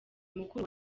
mukuru